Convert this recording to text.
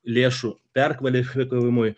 lėšų perkvalifikavimui